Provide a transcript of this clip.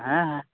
ᱦᱮᱸᱻ